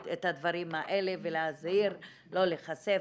את הדברים האלה ולהזהיר לא להיחשף.